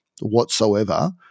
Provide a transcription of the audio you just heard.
whatsoever